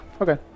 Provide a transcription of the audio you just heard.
okay